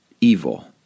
evil